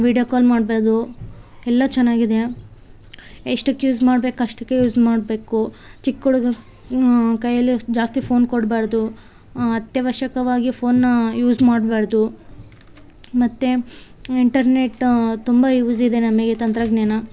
video call ಮಾಡ್ಬೌದು ಎಲ್ಲ ಚೆನ್ನಾಗಿದೆ ಎಷ್ಟಕ್ ಯೂಸ್ ಮಾಡ್ಬೇಕು ಅಷ್ಟಕ್ಕೇ ಯೂಸ್ ಮಾಡಬೇಕು ಚಿಕ್ಕ ಹುಡುಗ್ರ ಕೈಯಲ್ಲಿ ಅಷ್ಟು ಜಾಸ್ತಿ ಫೋನ್ ಕೊಡಬಾರ್ದು ಅತ್ಯವಶ್ಯಕವಾಗಿ ಫೋನ್ನ ಯೂಸ್ ಮಾಡಬಾರ್ದು ಮತ್ತು ಇಂಟರ್ನೇಟ್ ತುಂಬ ಯೂಸ್ ಇದೆ ನಮಗೆ ತಂತ್ರಜ್ಞಾನ